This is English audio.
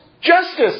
Justice